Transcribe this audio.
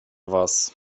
was